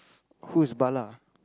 who is Bala